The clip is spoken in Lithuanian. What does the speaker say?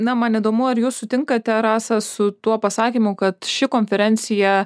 na man įdomu ar jūs sutinkate rasa su tuo pasakymu kad ši konferencija